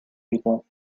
people